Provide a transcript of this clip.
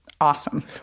awesome